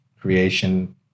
creation